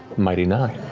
mighty nein,